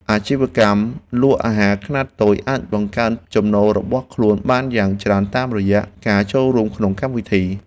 អាជីវកម្មលក់អាហារខ្នាតតូចអាចបង្កើនចំណូលរបស់ខ្លួនបានយ៉ាងច្រើនតាមរយៈការចូលរួមក្នុងកម្មវិធី។